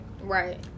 Right